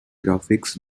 graphics